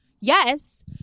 yes